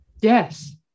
Yes